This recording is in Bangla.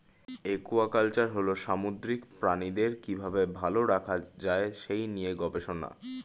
একুয়াকালচার হল সামুদ্রিক প্রাণীদের কি ভাবে ভালো রাখা যায় সেই নিয়ে গবেষণা